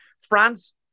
France